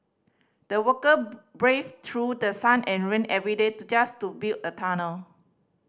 the worker braved through the sun and rain every day to just to build a tunnel